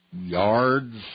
yards